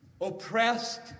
oppressed